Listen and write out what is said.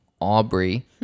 Aubrey